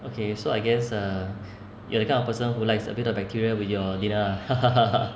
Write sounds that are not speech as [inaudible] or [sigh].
okay so I guess uh you are the kind of person who likes a bit of bacteria with your dinner ah [laughs]